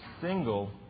single